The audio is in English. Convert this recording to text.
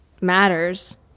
matters